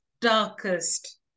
darkest